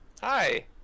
Hi